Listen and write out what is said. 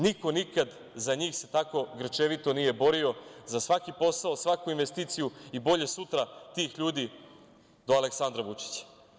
Niko se nikada za njih tako grčevito nije borio, za svaki posao, za svaku investiciju i bolje sutra tih ljudi, do Aleksandra Vučića.